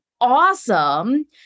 awesome